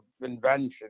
invention